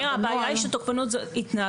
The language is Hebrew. נירה, הבעיה היא ש"תוקפנות" זה התנהגות.